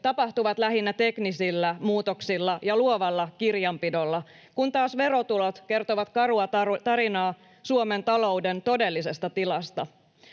tapahtuvat lähinnä teknisillä muutoksilla ja luovalla kirjanpidolla, kun taas verotulot kertovat karua tarinaa Suomen talouden todellisesta tilasta.